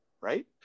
right